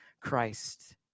christ